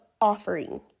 offering